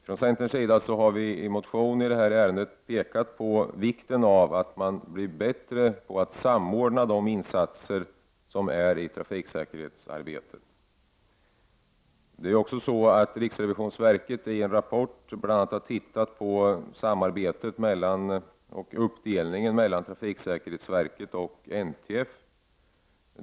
Från centerns sida har vi i en motion pekat på vikten av en bättre samordning av de insatser som görs i trafiksäkerhetsarbetet. Riksrevisionsverket har i en rapport tittat på bl.a. samarbetet mellan och uppdelningen mellan trafiksäkerhetsverket och NTF.